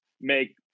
make